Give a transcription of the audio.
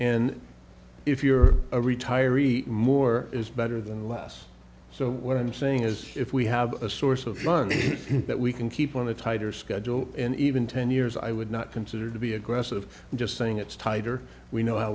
and if you're a retiree more is better than less so what i'm saying is if we have a source of money that we can keep on a tighter schedule in even ten years i would not consider to be aggressive just saying it's tighter we know how